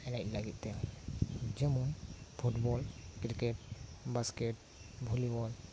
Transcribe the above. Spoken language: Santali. ᱮᱱᱮᱡ ᱞᱟᱹᱜᱤᱫ ᱛᱮ ᱡᱮᱢᱚᱱ ᱯᱷᱩᱴᱵᱚᱞ ᱠᱨᱤᱠᱮᱴ ᱵᱟᱥᱠᱮᱴ ᱵᱷᱩᱞᱤᱵᱚᱞ